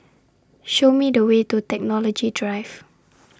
Show Me The Way to Technology Drive